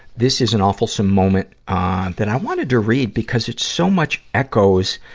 this is an awfulsome moment, ah, that i wanted to read, because it's so much echoes,